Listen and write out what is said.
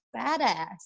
badass